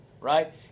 right